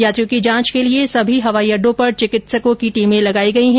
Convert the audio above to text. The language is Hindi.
यात्रियों की जांच के लिए सभी हवाई अडडों पर चिकित्सकों की ्टीमें लगाई गई है